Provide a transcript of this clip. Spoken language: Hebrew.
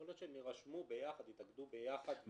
יכול להיות שהם ירשמו ביחד, יתאגדו ביחד.